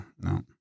No